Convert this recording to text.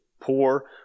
poor